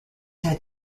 had